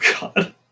God